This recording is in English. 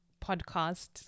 podcast